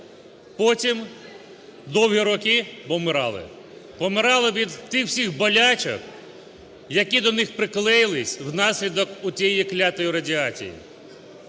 Потім довгі роки помирали. Помирали від тих всіх болячок, які до них приклеїлись внаслідок отієї клятої радіації.